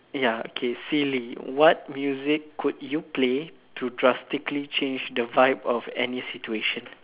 ya okay silly what music could you play to drastically change the vibe of any situation